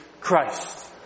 Christ